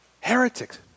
heretics